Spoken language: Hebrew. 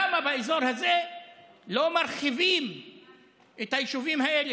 למה באזור הזה לא מרחיבים את היישובים האלה,